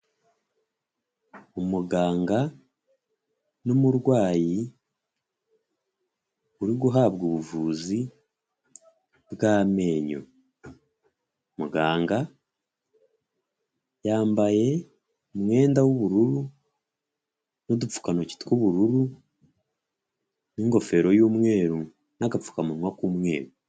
Umuganga n'umurwayi urihabwa ubuvuzi bw'amenyo, muganga yambaye umwenda w'ubururu n'udupfukantoki tw'ubururu n'ingofero y'umweru n'agapfukamunwa k'umweru.